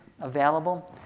available